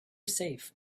safe